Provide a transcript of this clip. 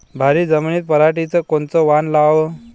भारी जमिनीत पराटीचं कोनचं वान लावाव?